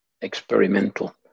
experimental